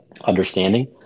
understanding